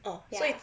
ya